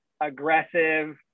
aggressive